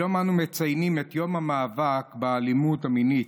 היום אנו מציינים את יום המאבק באלימות המינית.